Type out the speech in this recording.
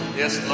yes